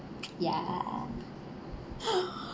ya